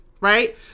right